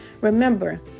Remember